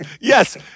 yes